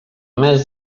mes